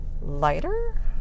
lighter